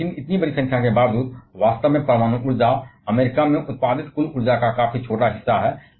इसलिए इतनी बड़ी संख्या के बावजूद वास्तव में परमाणु ऊर्जा अमेरिका में उत्पादित कुल ऊर्जा का काफी छोटा हिस्सा है